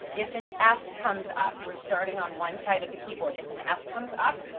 if an f comes up, we're starting on one side of the keyboard, if an f comes up,